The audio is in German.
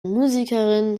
musikerin